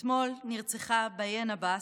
אתמול נרצחה ביאן עבאס,